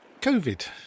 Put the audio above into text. COVID